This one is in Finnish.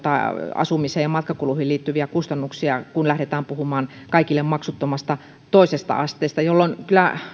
asumiseen ja matkakuluihin liittyviä kustannuksia kun lähdetään puhumaan kaikille maksuttomasta toisesta asteesta näin ollen kyllä